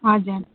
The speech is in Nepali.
हजुर